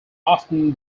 often